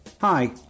Hi